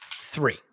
three